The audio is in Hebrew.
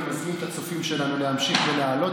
אני מזמין את הצופים שלנו להמשיך ולהעלות.